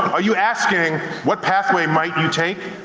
are you asking, what pathway might you take?